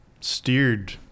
steered